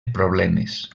problemes